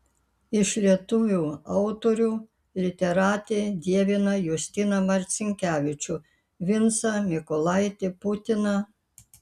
iš lietuvių autorių literatė dievina justiną marcinkevičių vincą mykolaitį putiną